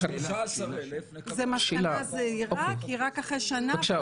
כי רק אחרי שנה --- בקשה,